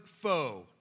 foe